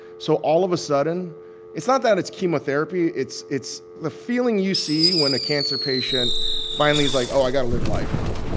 so all of a sudden it's not that it's chemotherapy. it's it's the feeling you see when a cancer patient finally is like, oh, i got to live life now,